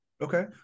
Okay